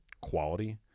quality